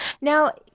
Now